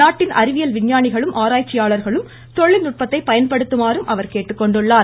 நாட்டின் அறிவியல் விஞ்ஞானிகளும் ஆராய்ச்சியாளர்களும் தொழில்நுட்பத்தை பயன்படுத்துமாறும் அவர் கேட்டுக்கொண்டுள்ளார்